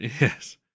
yes